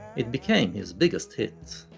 it became his biggest hit.